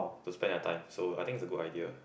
to spend their time so I think is a good idea